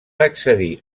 accedir